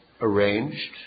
arranged